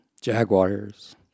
Jaguars